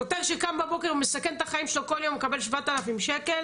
שוטר שקם בבוקר ומסכן את החיים שלו כל יום מקבל 7,000 שקלים?